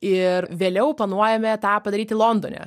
ir vėliau planuojame tą padaryti londone